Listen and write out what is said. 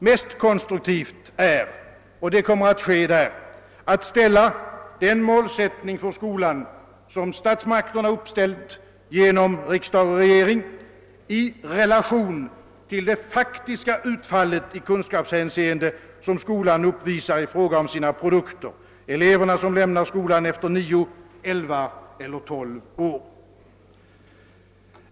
Mest konstruktivt — och det kommer att ske där — blir att ställa den målsättning för skolan, som statsmakterna angivit genom regering och riksdag, i relation till det faktiska utfallet i kunskapshänseende som skolan uppvisar i fråga om sina produkter: de elever som lämnar skolan efter nio, elva eller tolv år.